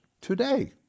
today